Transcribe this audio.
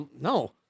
no